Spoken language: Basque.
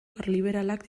karliberalak